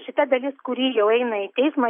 šita dalis kuri jau eina į teismą